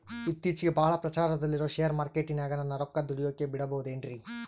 ಇತ್ತೇಚಿಗೆ ಬಹಳ ಪ್ರಚಾರದಲ್ಲಿರೋ ಶೇರ್ ಮಾರ್ಕೇಟಿನಾಗ ನನ್ನ ರೊಕ್ಕ ದುಡಿಯೋಕೆ ಬಿಡುಬಹುದೇನ್ರಿ?